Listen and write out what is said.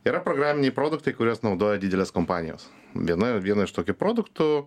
yra programiniai produktai kuriuos naudoja didelės kompanijos viena viena iš tokių produktų